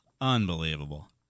Unbelievable